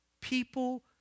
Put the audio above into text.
People